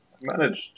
managed